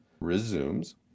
resumes